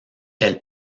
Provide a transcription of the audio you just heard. elle